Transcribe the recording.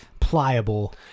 pliable